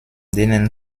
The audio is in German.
denen